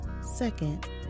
Second